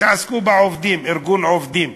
תתעסקו בעובדים, ארגון עובדים,